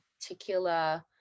particular